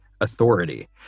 authority